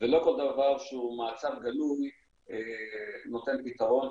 ולא כל דבר שהוא מעצר גלוי נותן פתרון,